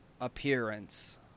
appearance